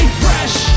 fresh